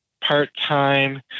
part-time